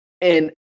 And-